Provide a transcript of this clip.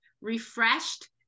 refreshed